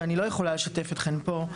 ואני לא יכולה לשתף אתכן פה,